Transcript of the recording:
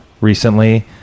recently